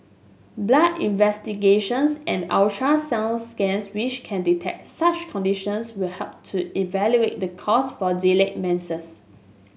blood investigations and ultrasound scans which can detect such conditions will help to evaluate the cause for delayed menses